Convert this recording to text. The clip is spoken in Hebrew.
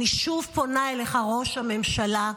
אני שוב פונה אליך, ראש הממשלה,